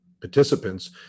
participants